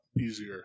easier